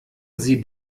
sie